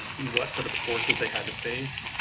what sort of forces they had to face,